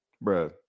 bro